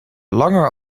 langer